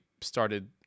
started